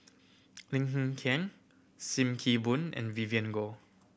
Lim Hng Kiang Sim Kee Boon and Vivien Goh